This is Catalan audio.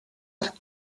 arc